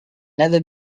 never